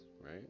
right